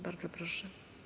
Bardzo proszę.